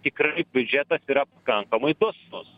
tikrai biudžetas yra pakankamai dosnus